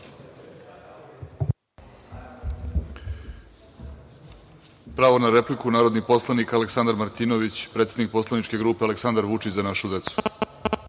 Hvala. Reč ima narodni poslanik Aleksandar Martinović, predsednik poslaničke grupe Aleksandar Vučić – Za našu decu,